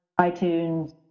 iTunes